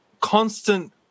constant